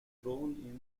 throne